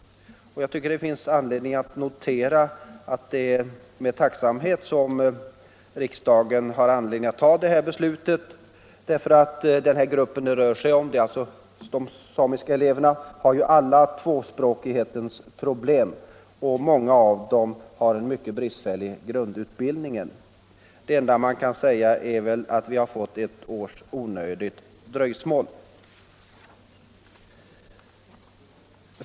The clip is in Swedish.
Det bör noteras att riksdagen har anledning att fatta det här beslutet med tacksamhet. Den grupp det här rör sig om — de samiska eleverna — har alla tvåspråkighetens problem, och många av dem har en mycket bristfällig grundutbildning. Det enda man kan säga är att vi fått ett års onödigt dröjsmål.